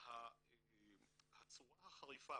הצורה החריפה,